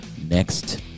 next